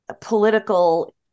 political